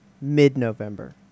mid-November